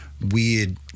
weird